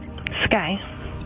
Sky